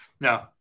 no